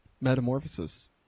Metamorphosis